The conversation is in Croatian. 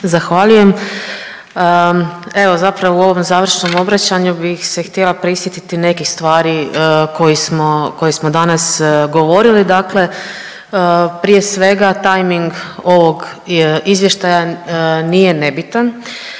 Zahvaljujem. Evo, zapravo u ovom završnom obraćanju bih se htjela prisjetiti nekih stvari koje smo danas govorili. Dakle prije svega, tajming ovog izvještaja nije nebitan,